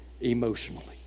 emotionally